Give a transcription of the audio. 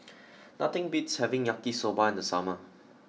nothing beats having Yaki Soba in the summer